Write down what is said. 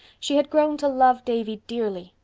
she had grown to love davy dearly.